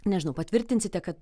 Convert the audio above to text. nežinau patvirtinsite kad